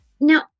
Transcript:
Now